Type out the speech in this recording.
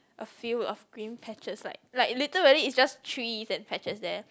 a field of green patches like like literally it's just trees and patches there